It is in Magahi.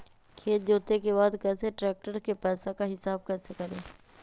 खेत जोते के बाद कैसे ट्रैक्टर के पैसा का हिसाब कैसे करें?